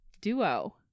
duo